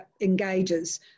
engages